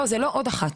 לא מדובר בעוד תוכנית,